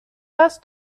دست